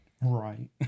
Right